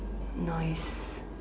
nice